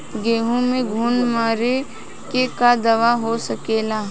गेहूँ में घुन मारे के का दवा हो सकेला?